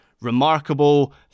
remarkable